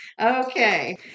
Okay